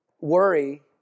worry